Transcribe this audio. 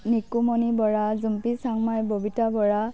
Nikumoni Bora Jumpi Changmai Babita Bora